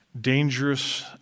dangerous